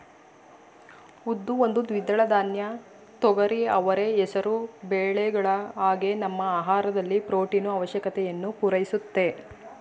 ಉದ್ದು ಒಂದು ದ್ವಿದಳ ಧಾನ್ಯ ತೊಗರಿ ಅವರೆ ಹೆಸರು ಬೇಳೆಗಳ ಹಾಗೆ ನಮ್ಮ ಆಹಾರದಲ್ಲಿ ಪ್ರೊಟೀನು ಆವಶ್ಯಕತೆಯನ್ನು ಪೂರೈಸುತ್ತೆ